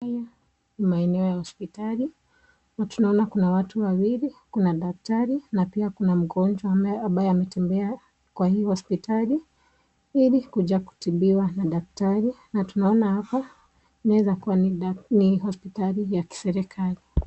Haya ni maeneo ya hospotali, na tunaona kuna watu wawili, kuna daktari na pia kuna mgonjwa ambaye ametembea kwa hii hospitali, ili kuja kutibiwa na daktari, na tunaona hapa inaweza kuwa ni hospitali ya kiserikali.